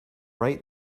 right